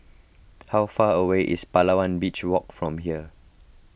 how far away is Palawan Beach Walk from here